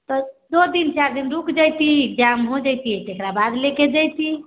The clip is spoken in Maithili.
तऽ दो दिन चारि दिन रुक जइती एग्जाम हो जइतै तकरा बाद ले जइती